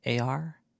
AR